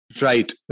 Right